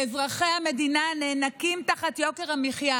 ואזרחי המדינה נאנקים תחת יוקר המחיה.